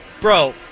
Bro